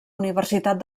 universitat